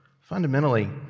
fundamentally